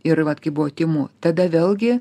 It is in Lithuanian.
ir vat kai buvo tymų tada vėlgi